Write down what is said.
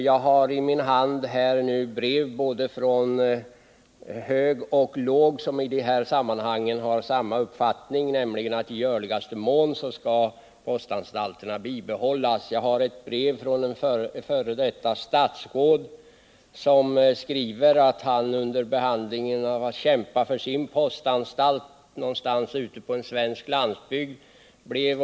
Jag har i min hand brev från både hög och låg som i det här sammanhanget har samma uppfattning som jag, nämligen att postanstalterna i görligaste mån skall bibehållas. Jag har här t.ex. ett brev från ett f. d. statsråd som skriver att han haft att kämpa för sin postanstalt någonstans ute på den svenska landsbygden.